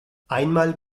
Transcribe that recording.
einmal